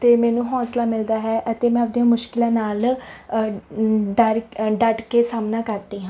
ਅਤੇ ਮੈਨੂੰ ਹੌਸਲਾ ਮਿਲਦਾ ਹੈ ਅਤੇ ਮੈਂ ਆਪਦੀਆਂ ਮੁਸ਼ਕਿਲਾਂ ਨਾਲ ਡਰ ਡੱਟ ਕੇ ਸਾਹਮਣਾ ਕਰਦੀ ਹਾਂ